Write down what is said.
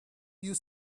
you